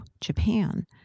Japan